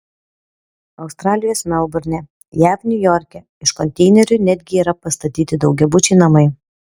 australijos melburne jav niujorke iš konteinerių netgi yra pastatyti daugiabučiai namai